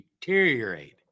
deteriorate